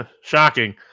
shocking